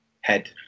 head